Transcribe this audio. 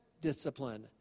discipline